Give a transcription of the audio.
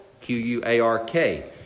Q-U-A-R-K